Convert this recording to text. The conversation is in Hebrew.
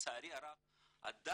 לצערי הרב עדיין,